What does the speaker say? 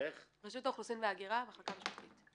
מהרשות האוכלוסין וההגירה, המחלקה המשפטית.